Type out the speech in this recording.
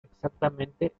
exactamente